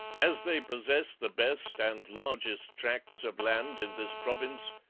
as they possess the best and largest tracts of land in this province,